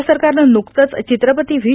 राज्य सरकारनं नुकतचं चित्रपती व्ही